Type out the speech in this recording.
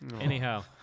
Anyhow